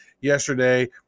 yesterday